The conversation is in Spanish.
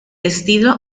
estilo